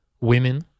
women